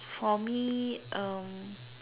for me um